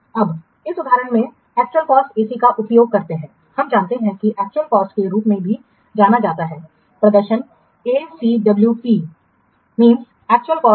अब इस उदाहरण में एक्चुअल कॉस्ट का उपयोग करते हैं हम जानते हैं कि एक्चुअल कॉस्ट के रूप में भी जाना जाता है प्रदर्शन या ACWP की एक्चुअल कॉस्ट